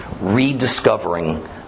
rediscovering